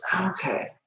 Okay